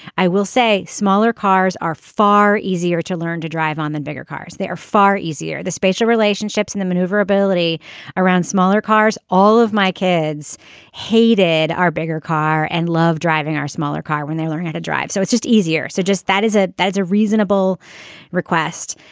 i will say smaller cars are far easier to learn to drive on than bigger cars. they are far easier. the spatial relationships and the maneuverability around smaller cars. all of my kids hated our bigger car and loved driving our smaller car when they learn how to drive. so it's just easier. so just that is it. that's a reasonable request.